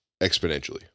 exponentially